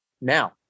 now